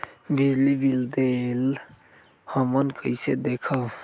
बिजली बिल देल हमन कईसे देखब?